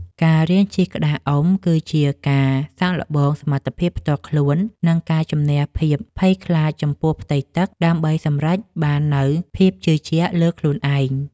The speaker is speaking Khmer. ការរៀនជិះក្តារអុំ គឺជាការសាកល្បងសមត្ថភាពផ្ទាល់ខ្លួន និងការជម្នះភាពភ័យខ្លាចចំពោះផ្ទៃទឹក ដើម្បីសម្រេចបាននូវភាពជឿជាក់លើខ្លួនឯង។